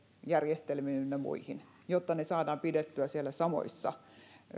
järjestelmiin ynnä muihin että ne saadaan pidettyä siellä samoissa